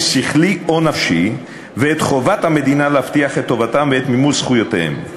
שכלי או נפשי ואת חובת המדינה להבטיח את טובתם ואת מימוש זכויותיהם.